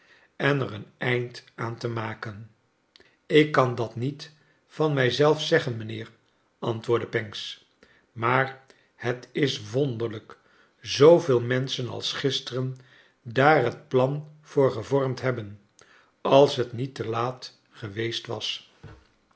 en er een einde aan te maken ik kan dat niet van mij zelf zeggen mijnheer antwoordde pancks maar het is wonderlijk zooveel men schen als gisteren daar het plan voor gevormd hebben als t niet te laat geweest was